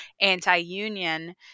anti-union